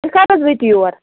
تُہۍ کَر حظ وٲتِو یور